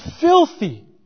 filthy